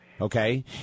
okay